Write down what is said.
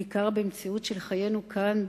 בעיקר במציאות של חיינו כאן,